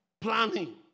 planning